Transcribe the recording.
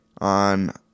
on